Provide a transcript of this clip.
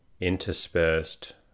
interspersed